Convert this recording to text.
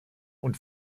und